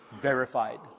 verified